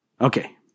Okay